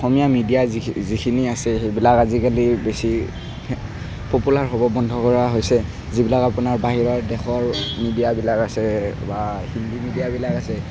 অসমীয়া media যিখিনি যিখিনি আছে সেইবিলাক আজিকালি বেছি পপুলাৰ হ'ব বন্ধ কৰা হৈছে যিবিলাক আপোনাৰ বাহিৰৰ দেশৰ মিডিয়াবিলাক আছে বা হিন্দী মিডিয়াবিলাক আছে